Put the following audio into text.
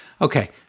Okay